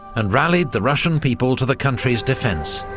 and rallied the russian people to the country's defence,